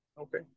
Okay